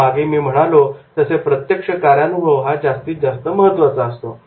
पण मागे मी म्हणालो तसे प्रत्यक्ष कार्यानुभव हा जास्त महत्त्वाचा असतो